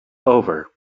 over